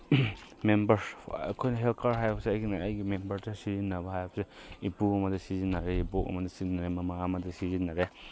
member ꯑꯩꯈꯣꯏꯅ health card ꯍꯥꯏꯕꯁꯦ ꯑꯩꯒꯤ ꯃꯦꯝꯕꯔꯗ ꯁꯤꯖꯤꯟꯅꯕ ꯍꯥꯏꯕꯁꯦ ꯏꯄꯨ ꯑꯃꯗ ꯁꯤꯖꯤꯟꯅꯔꯦ ꯏꯕꯣꯛ ꯑꯃꯗ ꯁꯤꯖꯤꯟꯅꯔꯦ ꯃꯃꯥ ꯑꯃꯗ ꯁꯤꯖꯤꯟꯅꯔꯦ